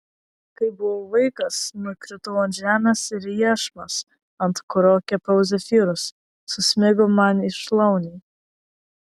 kai buvau vaikas nukritau ant žemės ir iešmas ant kurio kepiau zefyrus susmigo man į šlaunį